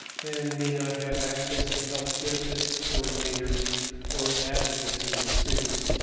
and may not have access to health benefits coordinators or advocates in the cities.